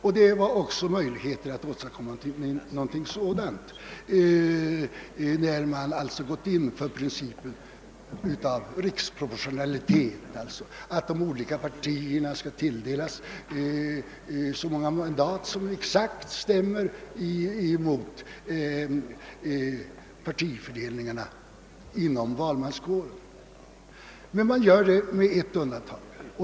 Möjligheter förelåg att också åstadkomma någonting sådant, när man gått in för principen om riksproportionalitet, d. v. s. att de olika partierna skall tilldelas så många mandat som exakt stämmer mot partifördelningarna inom valmanskåren. Men man gör detta med ett undantag.